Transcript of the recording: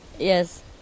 Yes